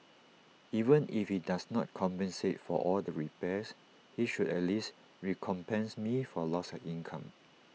even if he does not compensate for all the repairs he should at least recompense me for loss of income